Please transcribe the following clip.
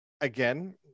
again